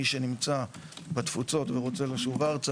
מי שנמצא בתפוצות ורוצה לשוב ארצה